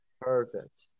Perfect